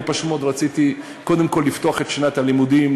אני פשוט מאוד רציתי קודם כול לפתוח את שנת הלימודים,